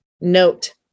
note